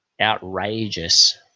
outrageous